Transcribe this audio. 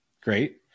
great